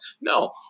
No